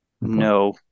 No